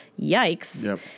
Yikes